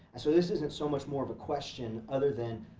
and so this isn't so much more of a question, other than,